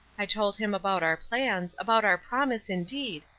i told him about our plans about our promise, indeed,